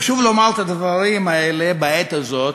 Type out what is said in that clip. חשוב לומר את הדברים האלה בעת הזאת,